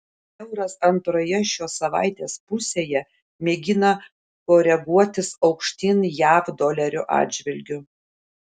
euras antroje šio savaitės pusėje mėgina koreguotis aukštyn jav dolerio atžvilgiu